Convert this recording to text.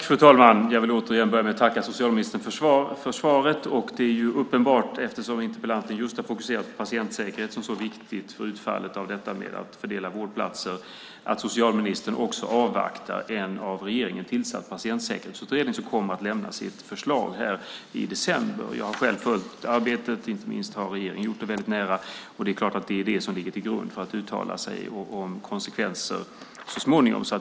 Fru talman! Jag vill återigen börja med att tacka socialministern för svaret. Det är uppenbart, eftersom interpellanten just har fokuserat på patientsäkerhet, som är så viktigt, och utfallet av detta med att fördela vårdplatser, att socialministern också avvaktar en av regeringen tillsatt patientsäkerhetsutredning som kommer att lämna sitt förslag här i december. Jag har själv följt arbetet och inte minst har regeringen följt det väldigt nära, och det är klart att det är det som ligger till grund för att uttala sig om konsekvenser så småningom.